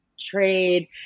trade